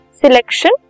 selection